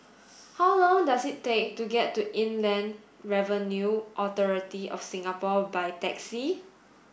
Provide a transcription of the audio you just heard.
how long does it take to get to Inland Revenue Authority of Singapore by taxi